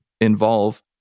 involve